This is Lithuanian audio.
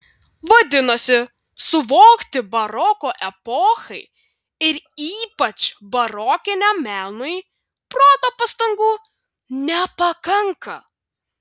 vadinasi suvokti baroko epochai ir ypač barokiniam menui proto pastangų nepakanka